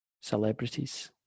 celebrities